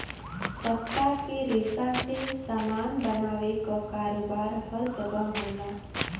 पत्ता के रेशा से सामान बनावे क कारोबार हर जगह होला